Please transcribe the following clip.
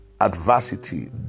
adversity